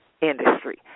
industry